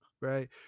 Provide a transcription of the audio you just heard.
right